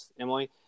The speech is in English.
Emily